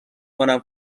کنم